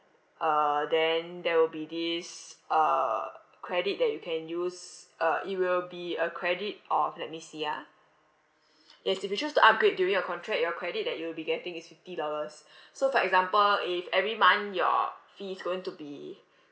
uh then there will be this uh credit that you can use uh it will be a credit of let me see ah yes if you choose to upgrade during your contract your credit that you will be getting is fifty dollars so for example if every month your fee is going to be